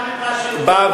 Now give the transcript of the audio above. ג'מאל, זה גם, בא והחריג,